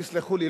תסלחו לי,